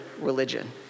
religion